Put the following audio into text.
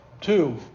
Two